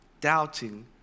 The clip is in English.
doubting